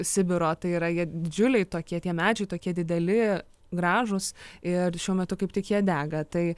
sibiro tai yra jie didžiuliai tokie tie medžiai tokie dideli gražūs ir šiuo metu kaip tik jie dega tai